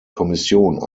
kommission